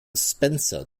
spencer